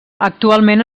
actualment